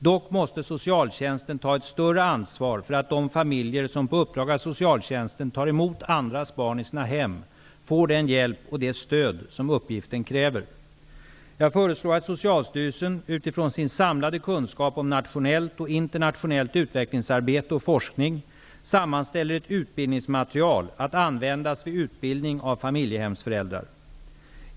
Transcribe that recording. Dock måste socialtjänsten ta ett större ansvar för att de familjer som på uppdrag av socialtjänsten tar emot andras barn i sina hem får den hjälp och det stöd som uppgiften kräver. Jag föreslår att Socialstyrelsen, utifrån sin samlade kunskap om nationellt och internationellt utvecklingsarbete och forskning, sammanställer ett utbildningsmaterial att användas vid utbildning av familjehemsföräldrar.